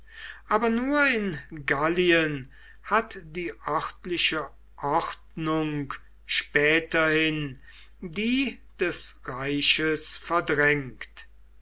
aber nur in gallien hat die örtliche ordnung späterhin die des reiches verdrängt